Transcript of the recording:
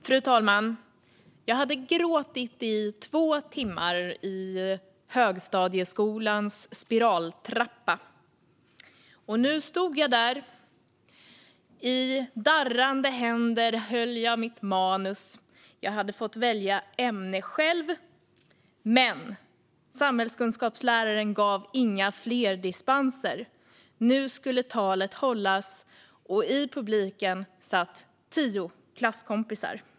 Fru talman! Jag hade gråtit i två timmar i högstadieskolans spiraltrappa. Nu stod jag där, och i darrande händer höll jag mitt manus. Jag hade fått välja ämne själv. Men samhällskunskapsläraren gav inga fler dispenser - nu skulle talet hållas, och i publiken satt tio klasskompisar.